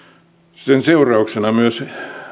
sen seurauksena myös